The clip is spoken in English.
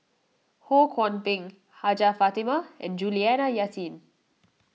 Ho Kwon Ping Hajjah Fatimah and Juliana Yasin